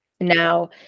now